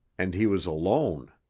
and he was alone.